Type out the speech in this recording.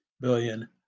billion